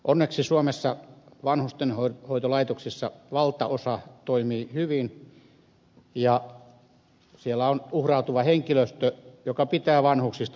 onneksi suomessa vanhustenhoitolaitoksista valtaosa toimii hyvin ja siellä on uhrautuva henkilöstö joka pitää vanhuksista hyvää huolta